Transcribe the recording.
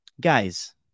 guys